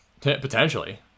Potentially